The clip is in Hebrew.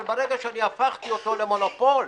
אבל ברגע שאני הפכתי אותו למונופול,